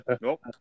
Nope